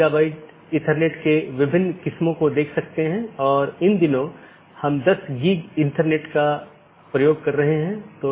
आज हमने जो चर्चा की है वह BGP रूटिंग प्रोटोकॉल की अलग अलग विशेषता यह कैसे परिभाषित किया जा सकता है कि कैसे पथ परिभाषित किया जाता है इत्यादि